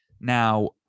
Now